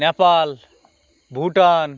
Nepal Bhutan